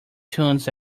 tunes